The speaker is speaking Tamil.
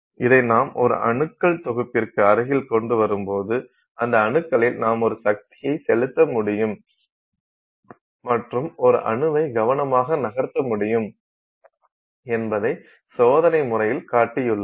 இதை நாம் ஒரு அணுக்கள் தொகுப்பிற்கு அருகில் கொண்டு வரும்போது அந்த அணுக்களில் நாம் ஒரு சக்தியை செலுத்த முடியும் மற்றும் ஒரு அணுவை கவனமாக நகர்த்த முடியும் என்பதை சோதனை முறையில் காட்டியுள்ளார்